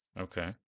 okay